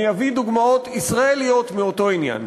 אני אביא דוגמאות ישראליות מאותו עניין.